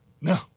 no